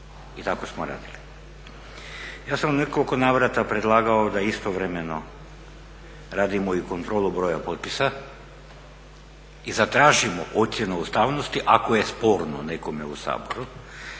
i tako smo radili. Ja sam u nekoliko navrata predlagao da istovremeno radimo i kontrolu broja potpisa i zatražimo ocjenu ustavnosti ako je sporno nekome u Saboru